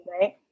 right